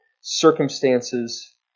circumstances